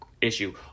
issue